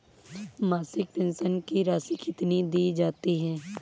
मासिक पेंशन की राशि कितनी दी जाती है?